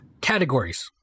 categories